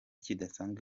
kidasanzwe